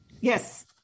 Yes